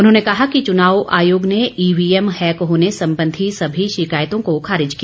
उन्होंने कहा कि चुनाव आयोग ने ईवीएम हैक होने संबंधी सभी शिकायतों को खारिज किया